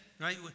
right